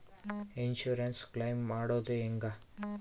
Insurance claim ಮಾಡೋದು ಹೆಂಗ?